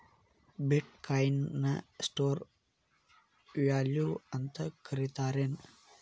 ಬಿಟ್ coin ನ store value ಅಂತ ಕರಿತಾರೆನ್